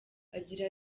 agira